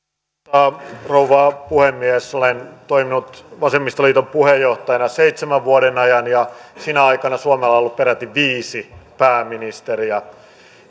arvoisa rouva puhemies olen toiminut vasemmistoliiton puheenjohtajana seitsemän vuoden ajan ja sinä aikana suomella on ollut peräti viisi pääministeriä